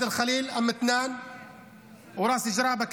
שפלת יהודה, אום מתנאן וראס ג'ראבה,